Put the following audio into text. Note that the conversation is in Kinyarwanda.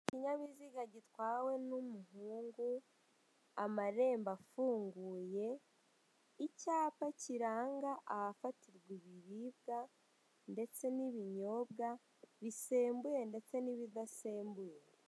Ikinyabiziga gitwawe n'umuhungu, amarembo afunguye, icyapa kiranga ahafatirwa ibiribwa ndetse n'ibinyobwa bisembuye ndetse n'ibidasembuye.